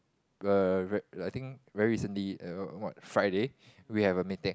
err re~ I think very recently err what Friday we had a meeting